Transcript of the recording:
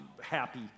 happy